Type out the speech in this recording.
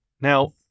Now